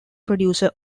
producer